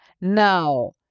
Now